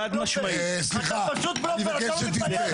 אתה בלופר, אתה לא מתבייש.